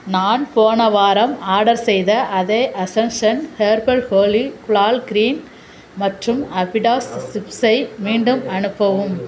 நான் போன வாரம் ஆடர் செய்த அதே Ascension herbal Holi gulal green மற்றும் அப்பிடாஸ் சிப்ஸை மீண்டும் அனுப்பவும்